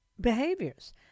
behaviors